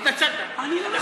התקנון, תקשיב, אני אומר לך.